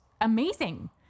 amazing